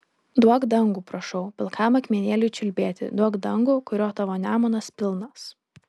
duok dangų prašau pilkam akmenėliui čiulbėti duok dangų kurio tavo nemunas pilnas